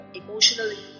emotionally